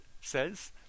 says